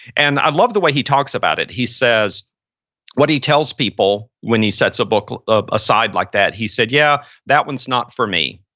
and i love the way he talks about it. he says what he tells people when he sets a book ah aside like that, he said, yeah, that one's not for me.